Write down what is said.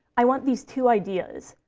i want these two ideas,